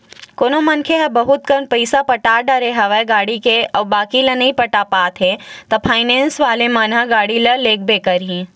कोनो मनखे ह बहुत कन पइसा पटा डरे हवे गाड़ी के अउ बाकी ल नइ पटा पाते हे ता फायनेंस वाले मन ह गाड़ी ल लेगबे करही